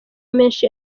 menshi